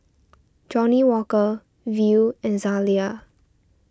Johnnie Walker Viu and Zalia